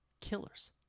Killers